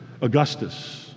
Augustus